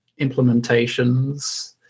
implementations